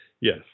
Yes